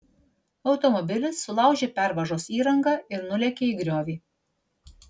automobilis sulaužė pervažos įrangą ir nulėkė į griovį